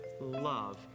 love